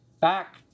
back